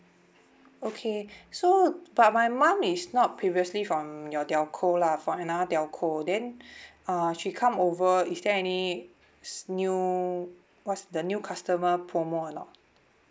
okay so but my mum is not previously from your telco lah from another telco then uh she come over is there any s~ new what's the new customer promo or not